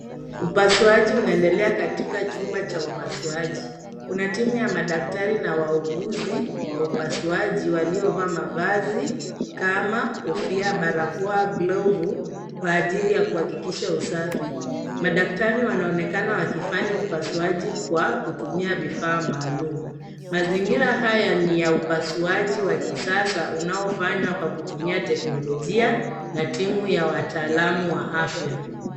Upasuaji unaendelea katika chumba cha upasuaji. Kuna timu ya madaktari na wauguzi wa upasuaji waliovaa mavazi kama kofia, barakoa, glovu, kwa ajili ya kuhakikisha usafi. Madaktari wanaonekana wakifanya upasuaji kwa kutumia vifaa maalum. Mazingira haya ni ya upasuaji wa kisasa unaofanywa kwa kutumia teknolojia na timu ya wataalamu wa afya.